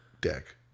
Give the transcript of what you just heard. Deck